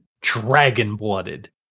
dragon-blooded